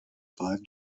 five